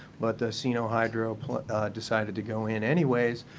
but the sinohydro decided to go in anyways.